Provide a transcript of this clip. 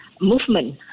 movement